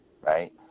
right